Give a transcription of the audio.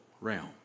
realm